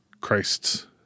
Christ's